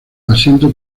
asiento